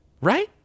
right